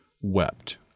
wept